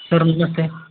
sir नमस्ते